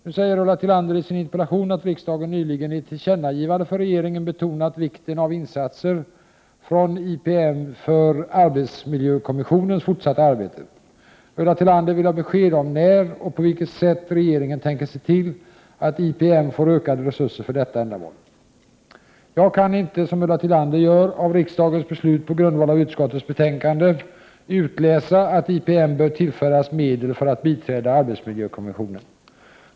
Nu säger Ulla Tillander i sin interpellation att riksdagen nyligen i ett tillkännagivande för regeringen betonat vikten av insatser från IPM för arbetsmiljökommissionens fortsatta arbete. Ulla Tillander vill ha besked om när och på vilket sätt regeringen tänker se till att IPM får ökade resurser för detta ändamål. Jag kan inte, som Ulla Tillander gör, av riksdagens beslut på grundval av utskottets betänkande utläsa att IPM bör tillföras medel för att biträda arbetsmiljökommissionen.